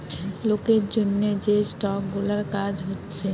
লোকের জন্যে যে স্টক গুলার কাজ হচ্ছে